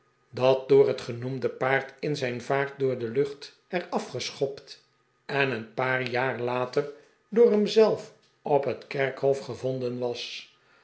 dat door het genoemde paard in zijn vaart door de lucht er afgeschopt en een paar jaar later door hem zelf op het kerkhof gevonden was